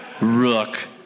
Rook